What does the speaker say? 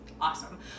awesome